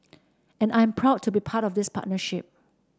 and I am proud to be part of this partnership